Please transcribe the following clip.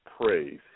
praise